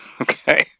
Okay